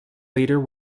leader